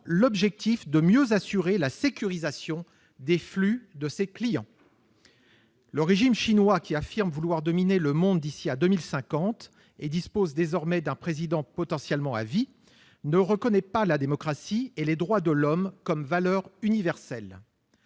-, afin de mieux assurer la sécurité des flux de ses clients. Le régime chinois, qui affirme vouloir dominer le monde d'ici à 2050 et qui dispose désormais d'un président potentiellement à vie, ne reconnaît pas la démocratie et les droits de l'homme comme valeur universelle.